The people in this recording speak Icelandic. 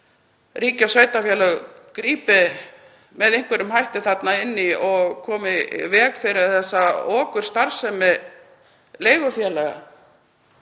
ríki og sveitarfélög grípi með einhverjum hætti þarna inn í og komi í veg fyrir þessa okurstarfsemi leigufélaga